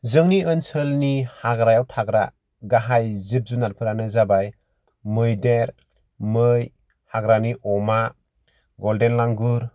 जोंनि ओनसोलनि हाग्रायाव थाग्रा गाहय जिब जुनारफोरानो जाबाय मैदेर मै हाग्रानि अमा गल्डेन लांगुर